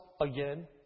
again